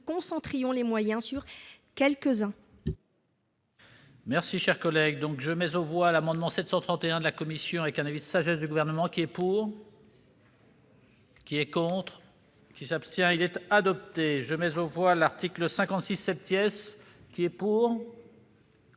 nous concentrions les moyens sur quelques